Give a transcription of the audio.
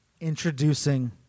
Introducing